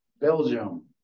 belgium